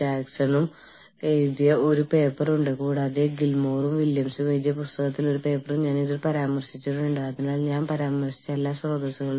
Briscoe Schuler Claus Gomez Mejia Balkin Cardy Briscoe Schuler Claus and Gomez Mejia Balkin Cardy എന്നിവരുടെ ഈ പുസ്തകമാണ് സ്രോതസ്സുകൾ